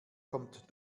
kommt